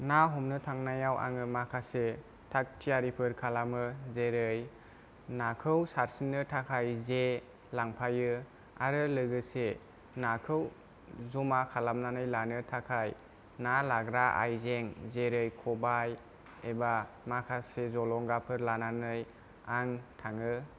ना हमनो थांनायाव आङो माखासे थाग थियारिफोर खालामो जेरै नाखौ सारसिननो थाखाय जे लांफायो आरो लोगोसे नाखौ जमा खालामनानै लानो थाखाय ना लाग्रा आयजें जेरै ख'बाय एबा माखासे जलंगाफोर लानानै आं थाङो